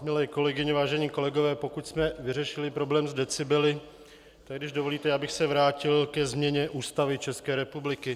Milé kolegyně, vážení kolegové, pokud jsme vyřešili problém s decibely, tak když dovolíte, já bych se vrátil ke změně Ústavy České republiky.